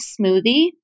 smoothie